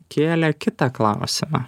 kėlė kitą klausimą